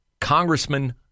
Congressman